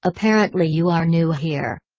apparently you are new here.